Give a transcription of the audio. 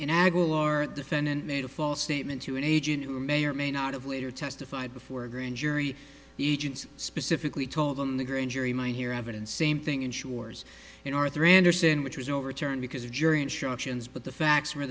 defendant made a false statement to an agent who may or may not have later testified before a grand jury egypt's specifically told them the grand jury might hear evidence same thing ensures in arthur andersen which was overturned because of jury instructions but the facts were